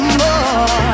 more